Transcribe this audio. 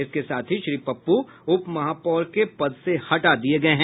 इसके साथ ही श्री पप्पू उप महापौर के पद से हटा दिये गये हैं